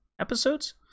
episodes